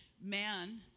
Man